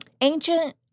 Ancient